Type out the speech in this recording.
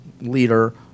leader